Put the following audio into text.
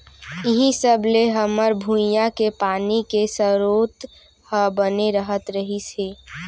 इहीं सब ले हमर भुंइया के पानी के सरोत ह बने रहत रहिस हे